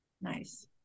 nice